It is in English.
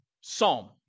psalm